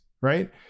right